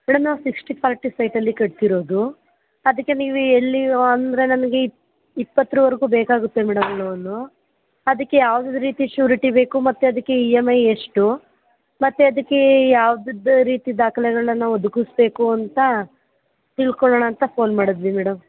madam ನಾವು sixty forty ಸೈಟಲ್ಲಿ ಕಟ್ತಿರೋದು ಅದಕ್ಕೆ ನೀವು ಎಲ್ಲಿ ಅಂದರೆ ನಮಗೆ ಇ ಇಪ್ಪತ್ತರವರ್ಗೂ ಬೇಕಾಗುತ್ತೆ ಮೇಡಮ್ ಲೋನು ಅದಕ್ಕೆ ಯಾವ್ ರೀತಿ ಶೂರಿಟಿ ಬೇಕು ಮತ್ತು ಅದಕ್ಕೆ ಇ ಎಮ್ ಐ ಎಷ್ಟು ಮತ್ತು ಅದಕ್ಕೆ ಯಾವ್ದದ್ ರೀತಿ ದಾಖ್ಲೆಗಳನ್ನ ನಾವು ಒದಗಿಸ್ಬೇಕು ಅಂತ ತಿಳ್ಕೊಳೋಣ ಅಂತ ಫೋನ್ ಮಾಡಿದ್ವಿ ಮೇಡಮ್